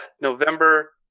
November